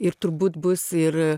ir turbūt bus ir